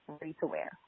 ready-to-wear